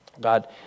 God